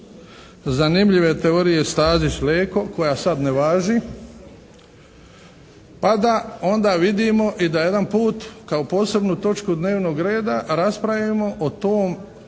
zanimljive teorije Stazić-Leko pa da onda vidimo i da jedanput kao posebnu točku dnevnog reda raspravimo o tom